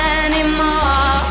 anymore